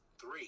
three